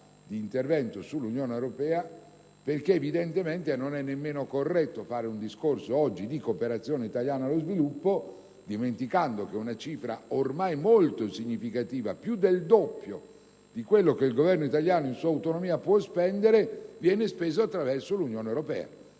di intervento sull'Unione europea, perché, evidentemente, non è nemmeno corretto parlare oggi di cooperazione italiana allo sviluppo dimenticando che una cifra ormai molto significativa (più del doppio di quello che il Governo italiano nella sua autonomia può spendere) viene spesa attraverso l'Unione europea.